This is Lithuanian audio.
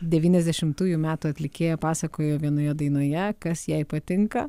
devyniasdešimųjų metų atlikėja pasakojo vienoje dainoje kas jai patinka